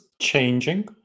changing